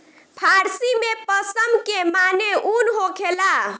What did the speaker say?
फ़ारसी में पश्म के माने ऊन होखेला